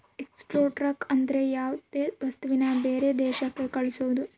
export ಅಂದ್ರ ಯಾವ್ದೇ ವಸ್ತುನ ಬೇರೆ ದೇಶಕ್ ಕಳ್ಸೋದು